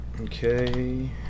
Okay